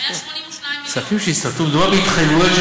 למה לא נתנו אותם?